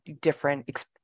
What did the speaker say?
different